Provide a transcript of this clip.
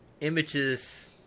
images